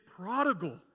prodigal